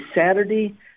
Saturday